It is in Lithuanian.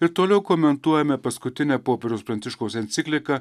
ir toliau komentuojame paskutinę popiežiaus pranciškaus encikliką